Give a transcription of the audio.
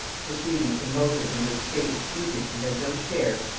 proceeding from motives in which state-expediency had no share,